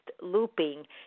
looping